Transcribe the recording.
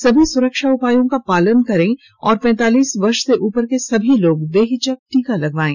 सभी सुरक्षा उपायों का पालन करें और पैंतालीस वर्ष से उपर के सभी लोग बेहिचक टीका लगवायें